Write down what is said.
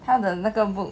他的那个 book